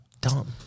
Dumb